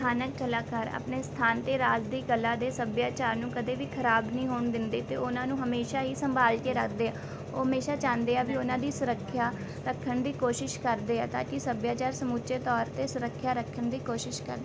ਸਥਾਨਕ ਕਲਾਕਾਰ ਆਪਣੇ ਸਥਾਨ ਅਤੇ ਰਾਜ ਦੀ ਕਲਾ ਦੇ ਸੱਭਿਆਚਾਰ ਨੂੰ ਕਦੇ ਵੀ ਖ਼ਰਾਬ ਨਹੀਂ ਹੋਣ ਦਿੰਦੇ ਅਤੇ ਉਹਨਾਂ ਨੂੰ ਹਮੇਸ਼ਾ ਹੀ ਸੰਭਾਲ ਕੇ ਰੱਖਦੇ ਹੈ ਉਹ ਹਮੇਸ਼ਾ ਚਾਹੁੰਦੇ ਹੈ ਵੀ ਉਹਨਾਂ ਦੀ ਸੁਰੱਖਿਆ ਰੱਖਣ ਦੀ ਕੋਸ਼ਿਸ਼ ਕਰਦੇ ਹੈ ਤਾਂ ਕਿ ਸੱਭਿਆਚਾਰ ਸਮੁੱਚੇ ਤੌਰ 'ਤੇ ਸੁਰੱਖਿਆ ਰੱਖਣ ਦੀ ਕੋਸ਼ਿਸ਼ ਕਰ